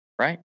right